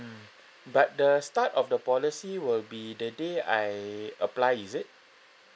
but the start of the policy will be the day I apply is it